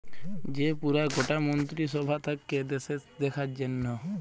যে পুরা গটা মন্ত্রী সভা থাক্যে দ্যাশের দেখার জনহ